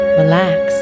relax